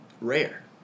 rare